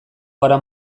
gara